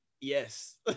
Yes